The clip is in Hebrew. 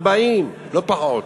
40, לא פחות.